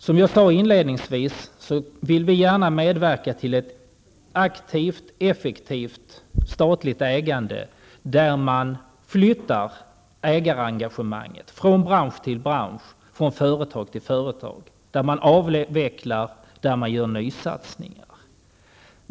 Som jag sade inledningsvis vill vi gärna medverka till ett aktivt och effektivt statligt ägande, där man flyttar ägarengagemanget från bransch till bransch, från företag till företag, där man avvecklar och där man gör nysatsningar.